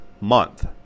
month